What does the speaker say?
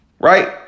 Right